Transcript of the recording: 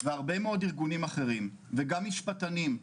והרבה ארגונים אחרים, וגם משפטנים,